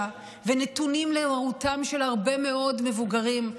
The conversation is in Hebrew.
ונתונים למרותם של הרבה מאוד מבוגרים,